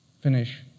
finish